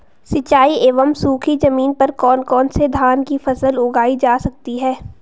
सिंचाई एवं सूखी जमीन पर कौन कौन से धान की फसल उगाई जा सकती है?